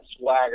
swagger